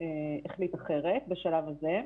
החליט אחרת בשלב הזה.